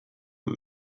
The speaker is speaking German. mit